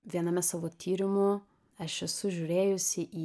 viename savo tyrimų aš esu žiūrėjusi į